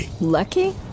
Lucky